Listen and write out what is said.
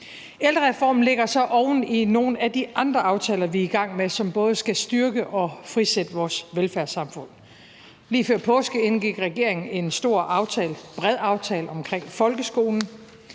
Ældrereformen lægger sig oven i nogle af de andre aftaler, vi er i gang med, og som både skal styrke og frisætte vores velfærdssamfund. Lige før påske indgik regeringen en stor og bred aftale omkring folkeskolen.